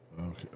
Okay